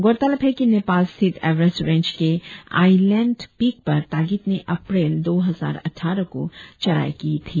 गौरतलब है की नेपाल स्थित एवरेस्ट रेंज के आइलैंड पीक पर तागित ने अप्रैल दो हजार अट्ठारह को चढ़ाई की थी